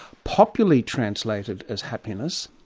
popularly translated as happiness,